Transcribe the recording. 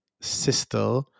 sister